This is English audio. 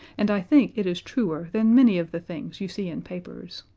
and i think it is truer than many of the things you see in papers.